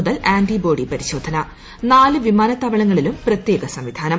മുതൽ ആന്റിബോഡി പരിശോധന നാല് വിമാനത്താവളങ്ങളിലും പ്രത്യേക സംവിധാനം